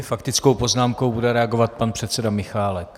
Faktickou poznámkou bude reagovat pan předseda Michálek.